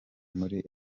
muri